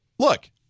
Look